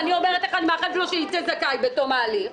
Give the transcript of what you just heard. ואני מאחלת לו שיצא זכאי בתום ההליך,